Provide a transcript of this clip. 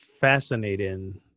fascinating